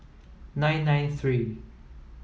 nine nine three